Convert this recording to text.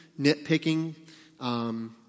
nitpicking